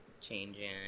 changing